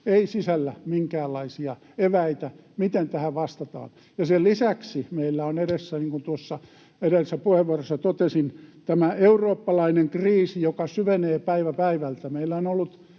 sisällä minkäänlaisia eväitä siihen, miten tähän vastataan. Sen lisäksi meillä on edessä, niin kuin tuossa edellisessä puheenvuorossani totesin, tämä eurooppalainen kriisi, joka syvenee päivä päivältä.